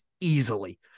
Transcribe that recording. easily